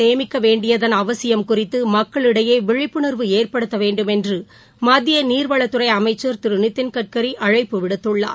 சேமிக்கவேண்டியதன் மக்களிடையே தண்ணீரை குறித்து விழிப்புணர்வு ஏற்படுத்தவேண்டும் என்று மத்திய நீர்வளத்துறை அமைச்கர் திரு நிதின் கட்கரி அழைப்பு விடுத்துள்ளார்